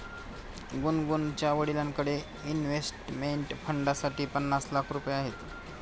गुनगुनच्या वडिलांकडे इन्व्हेस्टमेंट फंडसाठी पन्नास लाख रुपये आहेत